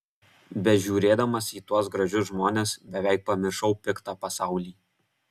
bežiūrėdamas į tuos gražius žmones beveik pamiršau piktą pasaulį